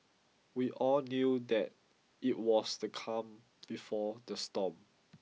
we all knew that it was the calm before the storm